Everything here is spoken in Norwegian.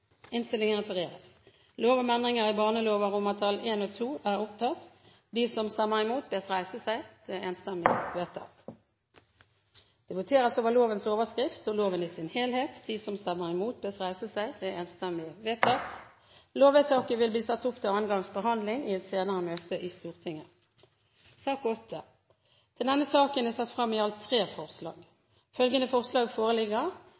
innstillingen. Det voteres over lovens overskrift og loven i sin helhet. Lovvedtaket vil bli ført opp til annen gangs behandling i et senere møte i Stortinget. Under debatten er det satt fram i alt tre